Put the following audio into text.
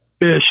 fish